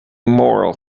moral